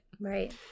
Right